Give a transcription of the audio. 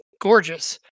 gorgeous